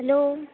hello